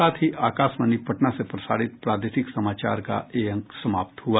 इसके साथ ही आकाशवाणी पटना से प्रसारित प्रादेशिक समाचार का ये अंक समाप्त हुआ